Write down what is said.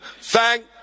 Thank